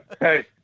Hey